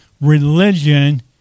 religion